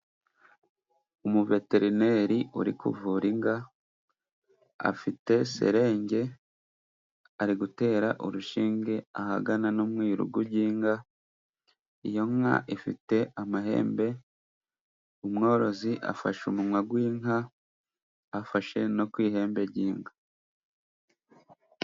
Umuveterineri uri kuvura inka, afite serenge, ari gutera urushinge ahagana nko mu irugu ry'inka, iyo nka ifite amahembe, umworozi afashe umunwa w'inka, afashe no ku ihembe ry'inka.